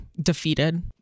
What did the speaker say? defeated